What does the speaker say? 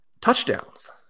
touchdowns